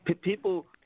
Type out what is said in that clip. People